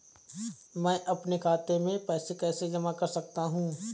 मैं अपने खाते में पैसे कैसे जमा कर सकता हूँ?